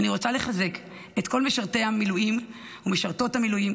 אני רוצה לחזק את כל משרתי ומשרתות המילואים,